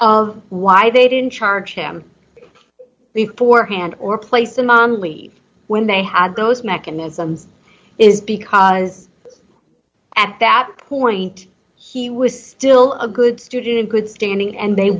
of why they didn't charge him before hand or place him on leave when they have those mechanisms is because at that point he was still a good student good standing and they